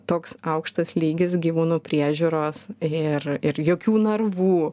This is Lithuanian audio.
toks aukštas lygis gyvūnų priežiūros ir ir jokių narvų